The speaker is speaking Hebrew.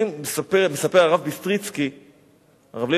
מספר הרב לוי ביסטריצקי מצפת,